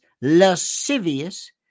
lascivious